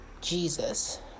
Jesus